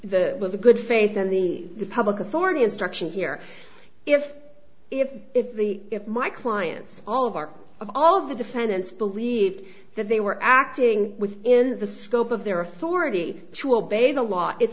the good faith in the public authority instruction here if if if the if my clients all of our of all of the defendants believe that they were acting within the scope of their authority to obey the law it's